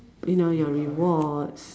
you know your rewards